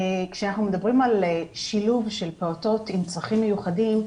כשאנחנו מדברים על שילוב של פעוטות עם צרכים מיוחדים,